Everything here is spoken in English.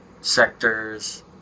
sectors